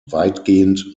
weitgehend